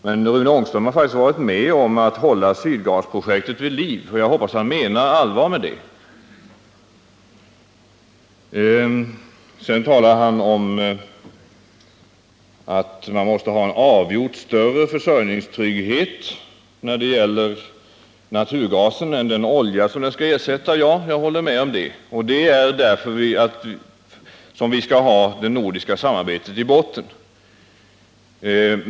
Men Rune Ångström har faktiskt varit med om att hålla Sydgasprojektet vid liv, och jag hoppas han menar allvar med det. Sedan talade Rune Ångström om att man måste ha en avgjort större försörjningstrygghet när det gäller naturgasen än när det gäller den olja som den skall ersätta. Jag håller med om det. Det är därför vi skall ha det nordiska samarbetet i botten.